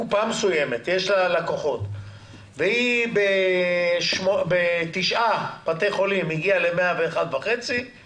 ולקופה מסוימת יש לקוחות והיא בתשעה בתי חולים הגיעה ל-101.5%